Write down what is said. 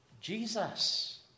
Jesus